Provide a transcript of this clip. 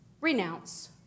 renounce